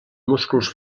musclos